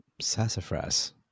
sassafras